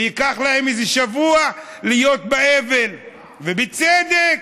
וייקח להם איזה שבוע להיות באבל, ובצדק,